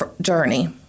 journey